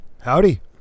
Howdy